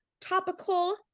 topical